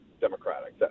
democratic